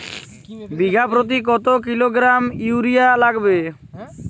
বিঘাপ্রতি কত kilogram urea লাগবে?